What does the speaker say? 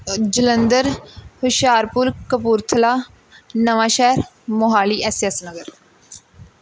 Jalandhar Hoshiarpur Kapurthala Nawanshahr Mohali S S Nagar